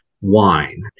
wine